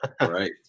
Right